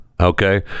Okay